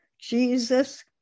Jesus